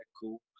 cool